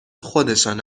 خودشان